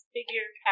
Figure